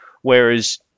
whereas